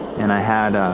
and i had